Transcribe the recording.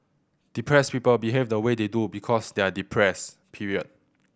depressed people behave the way they do because they are depressed period